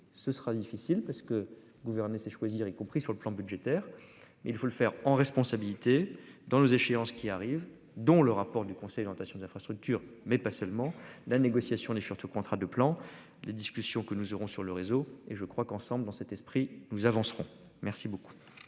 ce sera difficile parce que gouverner c'est choisir, y compris sur le plan budgétaire, mais il faut le faire en responsabilité dans nos échéances qui arrivent, dont le rapport du Conseil tentations d'infrastructures mais pas seulement. La négociation n'surtout au contrat de plan. Les discussions que nous aurons sur le réseau et je crois qu'ensemble dans cet esprit, nous avancerons. Merci beaucoup.